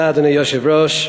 אדוני היושב-ראש,